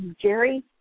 Jerry